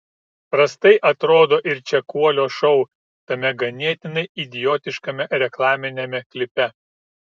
prastai atrodo ir čekuolio šou tame ganėtinai idiotiškame reklaminiame klipe